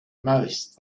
most